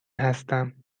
هستم